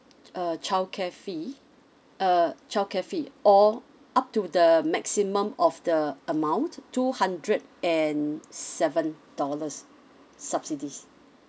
uh childcare fee uh childcare fee or up to the maximum of the amount two hundred and seven dollars subsidies